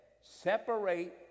Separate